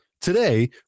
Today